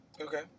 Okay